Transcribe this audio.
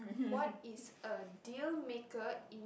what is a deal maker in